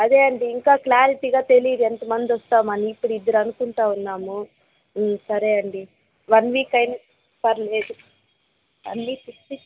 అదే అండి ఇంకా క్లారిటీగా తెలియదు ఎంతమంది వస్తామని ఇప్పుడు ఇద్దరు అనుకుంటూ ఉన్నాము సరే అండి వన్ వీక్ అయినా పర్లేదు అన్నీ తిప్పి